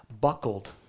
buckled